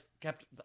kept